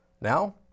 Now